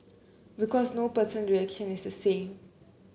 because no person reaction is the same